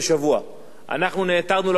אנחנו נעתרנו לבקשה והגענו לפה.